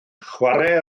chwarae